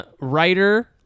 writer